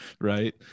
right